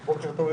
בוקר טוב לכולם.